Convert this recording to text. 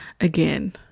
again